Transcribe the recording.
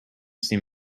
seem